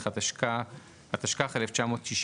התשפ"ג 2023."